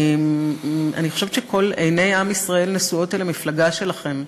אני חושבת שעיני עם ישראל נשואות אל המפלגה שלכם,